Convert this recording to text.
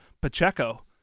Pacheco